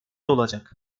olacak